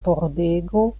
pordego